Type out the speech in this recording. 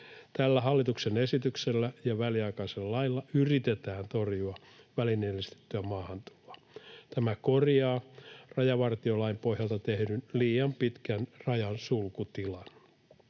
Tällä hallituksen esityksellä ja väliaikaisella lailla yritetään torjua välineellistettyä maahantuloa. Tämä korjaa rajavartiolain pohjalta tehdyn liian pitkän rajansulkutilan.